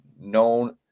known